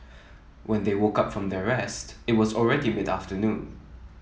when they woke up from their rest it was already mid afternoon